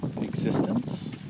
existence